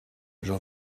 j’en